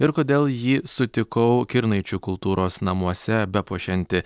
ir kodėl jį sutikau kirnaičių kultūros namuose bepuošiantį